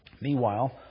Meanwhile